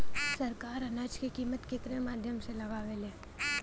सरकार अनाज क कीमत केकरे माध्यम से लगावे ले?